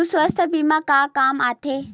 सुवास्थ बीमा का काम आ थे?